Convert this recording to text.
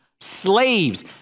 Slaves